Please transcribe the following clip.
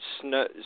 snow